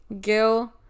Gil